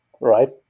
right